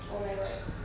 oh my god